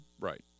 Right